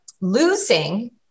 losing